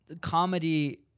comedy